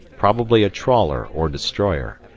probably a trawler or destroyer,